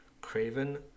Craven